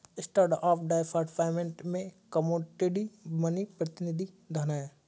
standard of deferred payment में commodity money प्रतिनिधि धन हैं